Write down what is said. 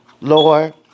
Lord